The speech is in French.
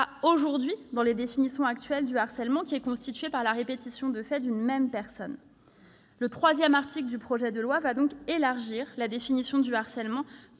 aujourd'hui dans les définitions actuelles du harcèlement, qui est constitué par la répétition de faits par une même personne. L'article 3 du projet de loi va donc élargir la définition du harcèlement